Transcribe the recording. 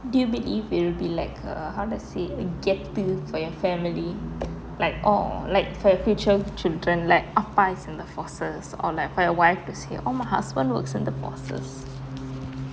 do you believe it'll be like err how to say ah கெத்து:getthu for your family like or like for your future children like அப்பா:appa is in the forces or like find a wife to say oh my husband works in the forces